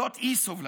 זאת אי-סובלנות.